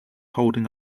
holding